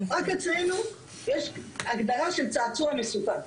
רק אצלנו יש הגדרה של צעצוע מסוכן.